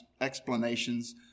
explanations